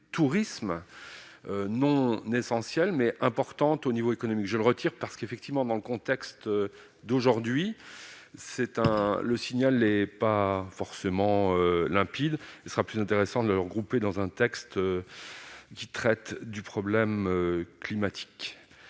de tourisme non n'essentiel mais importante au niveau économique, je le retire parce qu'effectivement, dans le contexte d'aujourd'hui, c'est un le signal est pas forcément limpide, il sera plus intéressant de le regrouper dans un texte qui traite du problème climatique